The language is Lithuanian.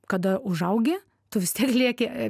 kada užaugi tu vis tiek lieki